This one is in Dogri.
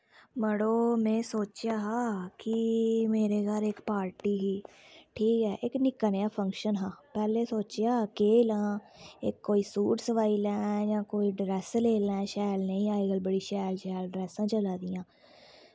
मड़ो में सोचेआ हा कि मेरे घर इक्क पार्टी ही ठीक ऐ इक्क निक्का नेहा फंक्शन हा पैह्लें सोचेआ केह् लांऽ कोई सूट सेआई लें जां कोई ड्रैस सेआई लें शैल जेही अज्जकल बड़ी शैल शैल ड्रैस चलै दियां